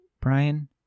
Brian